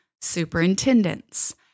superintendents